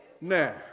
now